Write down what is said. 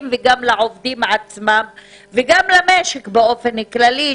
וגם לעובדים עצמם וגם למשק באופן כללי,